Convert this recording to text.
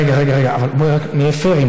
רגע, רגע, רגע, אבל בואו נהיה פיירים.